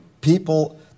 people